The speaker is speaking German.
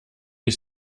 ich